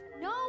No